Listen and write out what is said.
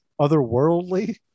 Otherworldly